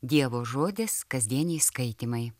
dievo žodis kasdieniai skaitymai